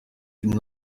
austin